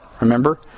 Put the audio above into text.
Remember